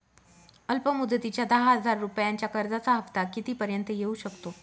अल्प मुदतीच्या दहा हजार रुपयांच्या कर्जाचा हफ्ता किती पर्यंत येवू शकतो?